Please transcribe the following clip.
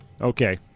Okay